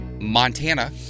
Montana